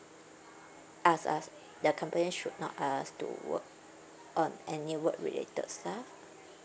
ask us their company should not ask to work on any work related stuff